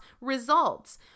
results